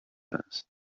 است